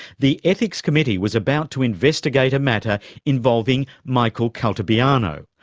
the ethics committee was about to investigate a matter involving michael caltabiano,